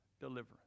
deliverance